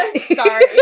sorry